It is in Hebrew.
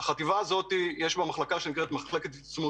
בחטיבה זו יש מחלקה ששמה מחלקת ---,